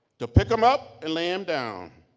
to pick them up and lay them down.